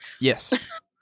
yes